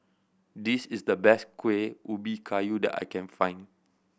this is the best Kuih Ubi Kayu that I can find